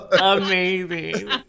Amazing